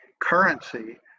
currency